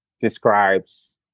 describes